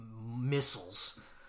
missiles